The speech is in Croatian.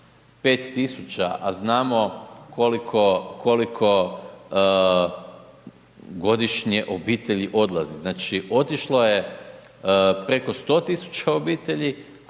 tisuća, a znamo koliko godišnje obitelji odlazi. Znači otišlo je preko 100 tisuća obitelji,